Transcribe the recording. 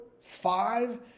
five